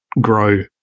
grow